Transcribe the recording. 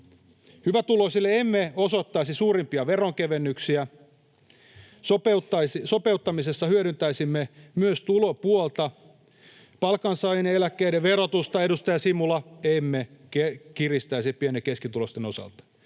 Hyvätuloisille emme osoittaisi suurimpia veronkevennyksiä. Sopeuttamisessa hyödyntäisimme myös tulopuolta. Palkansaajien ja eläkkeiden verotusta, edustaja Simula, emme kiristäisi pieni- ja keskituloisten osalta.